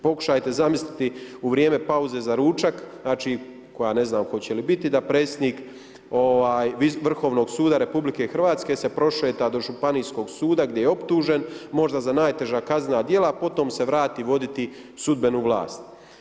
Pokušajte zamisliti u vrijeme pauze za ručak, znači, koja ne znam hoće li biti, da predsjednik Vrhovnog suda RH se prošeta do županijskog suda gdje je optužen, možda za najteža kaznena dijela, potom se vrati voditi sudbenu vlast.